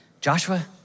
Joshua